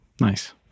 Nice